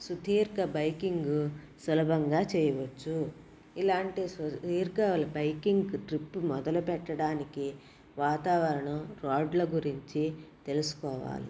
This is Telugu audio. సుదీర్ఘ బైకింగ్ సులభంగా చేయవచ్చు ఇలాంటి సుదీర్ఘ బైకింగ్ ట్రిప్ మొదలు పెట్టడానికి వాతావరణం రోడ్ల గురించి తెలుసుకోవాలి